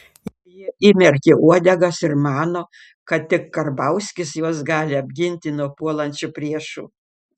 jie įmerkė uodegas ir mano kad tik karbauskis juos gali apginti nuo puolančių priešų